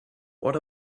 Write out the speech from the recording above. what